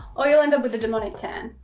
or you'll end up with a demonic tan.